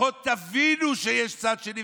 לפחות תבינו שיש צד שני.